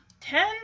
Ten